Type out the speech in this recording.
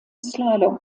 slalom